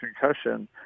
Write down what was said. concussion